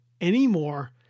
anymore